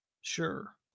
sure